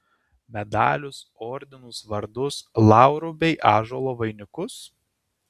medalius ordinus vardus laurų bei ąžuolų vainikus